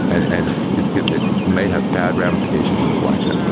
and it's good may have bad ramifications in this election.